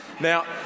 Now